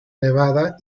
nevada